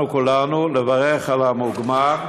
אנחנו, כולנו, לברך על המוגמר,